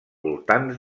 voltants